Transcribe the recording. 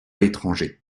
l’étranger